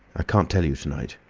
ah can't tell you to-night,